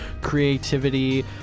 creativity